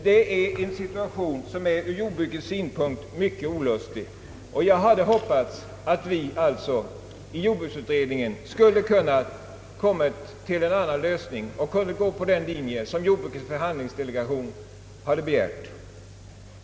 Det är en situation som ur jordbrukets synpunkt är mycket olustig. Jag hade hoppats att vi i jordbruksut;- skottet skulle ha kunnat komma till en annan lösning och kunnat gå på den linjen som jordbrukets förhandlingsdelegation begärt.